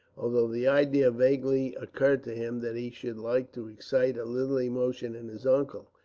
although the idea vaguely occurred to him that he should like to excite a little emotion in his uncle,